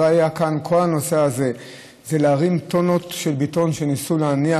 כל הנושא הזה זה להרים טונות של בטון שניסו להניח